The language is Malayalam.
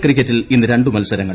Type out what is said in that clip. എൽ ക്രിക്കറ്റിൽ ഇന്ന് രണ്ട് മത്സരങ്ങൾ